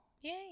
Yay